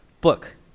book